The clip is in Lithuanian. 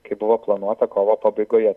kaip buvo planuota kovo pabaigoje